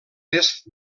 est